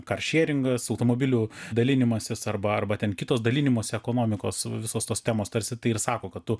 karšeringas automobilių dalinimasis arba arba ten kitos dalinimosi ekonomikos visos tos temos tarsi tai ir sako kad tu